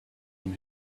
room